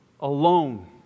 alone